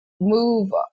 move